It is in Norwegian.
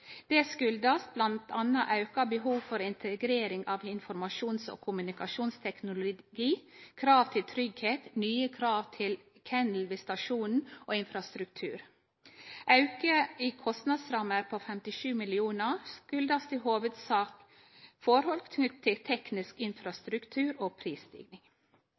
Det kjem bl.a. av auka behov for integrering av informasjons- og kommunikasjonsteknologi, krav til tryggleik, nye krav til kennelen ved stasjonen og infrastruktur. Auken i kostnadsramma på 57 mill. kr kjem i hovudsak av forhold knytte til teknisk infrastruktur og prisstiging.